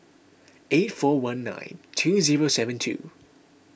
eight four one night two zero seven two